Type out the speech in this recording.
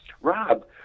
Rob